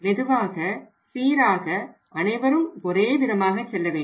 மெதுவாக சீராக அனைவரும் ஒரே விதமாக செல்ல வேண்டும்